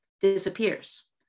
disappears